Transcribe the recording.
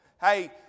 Hey